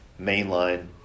mainline